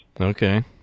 Okay